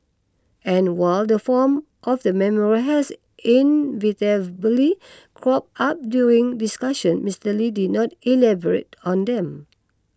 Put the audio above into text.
and while the form of the memorial has cropped up during discussions Mister Lee did not elaborate on them